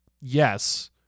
yes